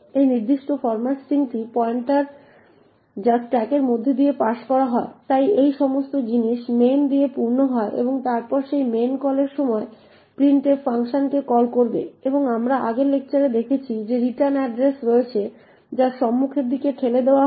এই নির্দিষ্ট ফরম্যাট স্ট্রিংটি পয়েন্টার যা স্ট্যাকের মধ্য দিয়ে পাস করা হয় তাই এই সমস্ত জিনিস মেইন দিয়ে পূর্ণ হয় এবং তারপর মেইন কলের সময় printf ফাংশনকে কল করবে এবং আমরা আগের লেকচারে দেখেছি যে রিটার্ন অ্যাড্রেস রয়েছে যা সম্মুখের দিকে ঠেলে দেওয়া হয়